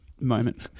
moment